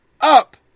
up